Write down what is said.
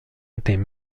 étaient